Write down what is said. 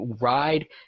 ride